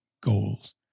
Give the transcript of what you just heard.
goals